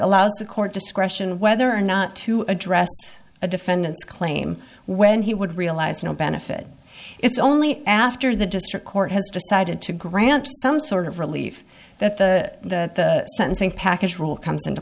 allows the court discretion whether or not to address a defendant's claim when he would realize no benefit it's only after the district court has decided to grant some sort of relief that the sentencing package will comes into